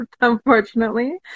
unfortunately